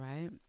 right